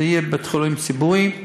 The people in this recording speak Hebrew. זה יהיה בית-חולים ציבורי.